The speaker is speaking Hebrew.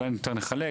אולי נחלק,